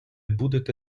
будете